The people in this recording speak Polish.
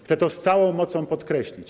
Chcę to z całą mocą podkreślić.